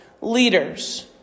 Leaders